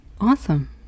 Awesome